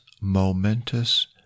momentous